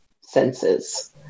senses